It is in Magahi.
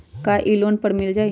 का इ लोन पर मिल जाइ?